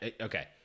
okay